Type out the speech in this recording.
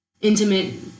intimate